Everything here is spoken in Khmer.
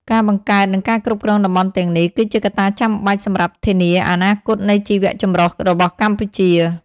ការបង្កើត និងការគ្រប់គ្រងតំបន់ទាំងនេះ គឺជាកត្តាចាំបាច់សម្រាប់ធានាអនាគតនៃជីវៈចម្រុះរបស់កម្ពុជា។